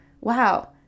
wow